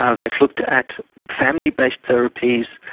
ah they've looked at family based therapies,